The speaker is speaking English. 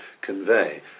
convey